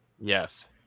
Yes